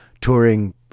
touring